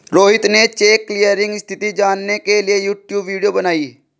रोहित ने cheque clearing स्थिति जानने के लिए यूट्यूब वीडियो बनाई